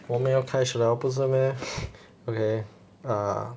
我们要开始了不是 meh okay ah